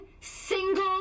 single